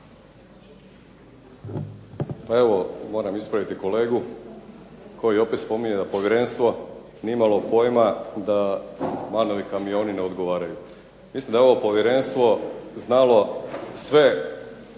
Pa evo moram ispraviti kolegu koji opet spominje da povjerenstvo nije imalo pojma da MAN-ovi kamioni ne odgovaraju. Mislim da je Povjerenstvo znalo sve upravo